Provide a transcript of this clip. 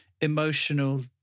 emotional